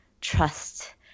trust